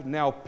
now